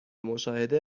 مشاهده